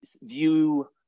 view